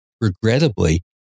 Regrettably